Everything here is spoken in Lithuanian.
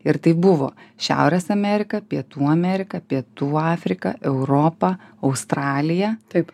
ir tai buvo šiaurės amerika pietų amerika pietų afrika europa australija taip